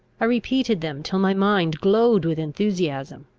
i repeated them, till my mind glowed with enthusiasm.